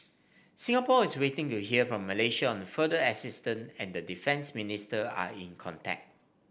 Singapore is waiting to hear from Malaysia on further assistance and the defence minister are in contact